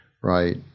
right